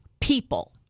people